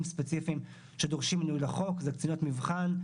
ספציפיים שדורשים --- זה קצינות מבחן,